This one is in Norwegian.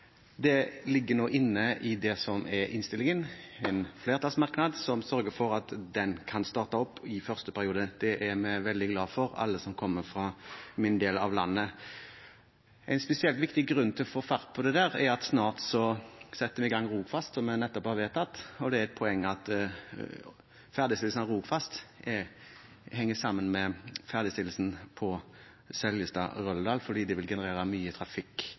Det ligger nå inne i innstillingen en flertallsmerknad som sørger for at den kan starte opp i første periode. Det er vi veldig glad for, alle som kommer fra min del av landet. En spesielt viktig grunn til å få tatt fatt på det er at vi snart setter i gang Rogfast, som vi nettopp har vedtatt, og det er et poeng at ferdigstillelsen av Rogfast henger sammen med ferdigstillelsen av Seljestad–Røldal, fordi det vil generere mye trafikk.